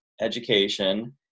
education